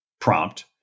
prompt